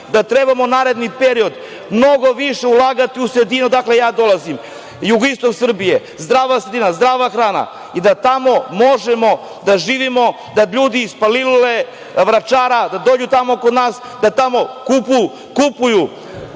da trebamo naredni period mnogo više ulagati u sredinu odakle ja dolazim, jugoistok Srbije, zdrava sredina, zdrava hrana i da tamo možemo da živimo, da ljudi iz Palilule, Vračara, da dođu tamo kod nas, da tamo kupuju